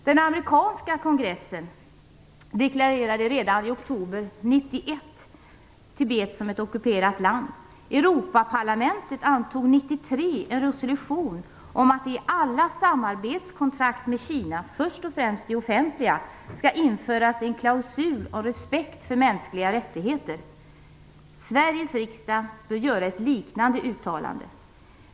Den amerikanska kongressen deklarerade redan i oktober 1991 Tibet som ett ockuperat land. Europaparlamentet antog 1993 en resolution om att det i alla samarbetskontrakt med Kina, först och främst de offentliga, skall införas en klausul om respekt för mänskliga rättigheter. Sveriges riksdag bör göra ett liknande uttalande.